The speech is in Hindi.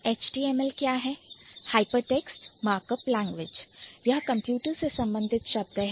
HyperText Markup Language यह कंप्यूटर से संबंधित शब्द है